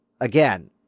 again